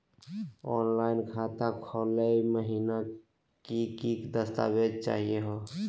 Online खाता खोलै महिना की की दस्तावेज चाहीयो हो?